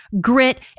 grit